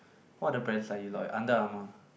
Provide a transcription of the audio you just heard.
what other brands are you loyal Under-Armour